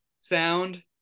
sound